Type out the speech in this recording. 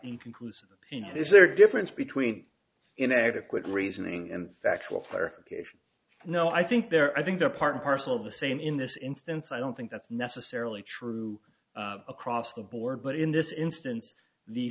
inconclusive is there a difference between inadequate reasoning and factual fire cation no i think there i think they're part and parcel of the same in this instance i don't think that's necessarily true across the board but in this instance the